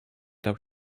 dał